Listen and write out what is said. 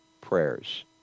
prayers